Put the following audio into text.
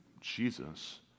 jesus